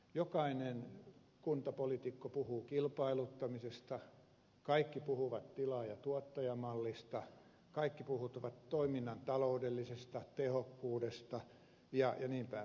jokainen kuntapoliitikko puhuu kilpailuttamisesta kaikki puhuvat tilaajatuottaja mallista kaikki puhuvat toiminnan taloudellisesta tehokkuudesta jnp